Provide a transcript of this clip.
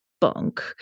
bunk